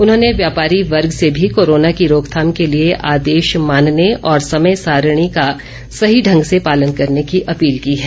उन्होंने व्यापारी वर्ग से भी कोरोना की रोकथाम के लिए आदेश मानने और समय सारिणी का सही ढंग से पालन करने की अपील की है